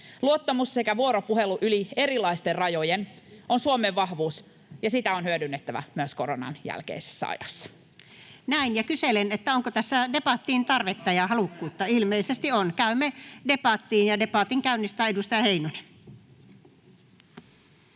Luottamus sekä vuoropuhelu yli erilaisten rajojen on Suomen vahvuus, ja sitä on hyödynnettävä myös koronan jälkeisessä ajassa. Näin. — Ja kyselen, onko tässä tarvetta ja halukkuutta debattiin. — Ilmeisesti on. Käymme debattiin, ja debatin käynnistää edustaja Heinonen.